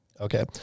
Okay